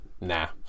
Nah